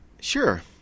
Sure